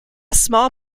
small